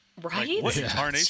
right